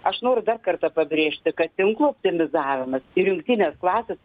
aš noriu dar kartą pabrėžti kad tinklo optimizavimas ir jungtinės klasės